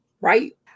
Right